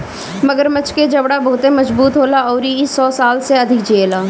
मगरमच्छ के जबड़ा बहुते मजबूत होला अउरी इ सौ साल से अधिक जिएला